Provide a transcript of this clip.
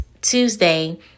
tuesday